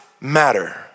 matter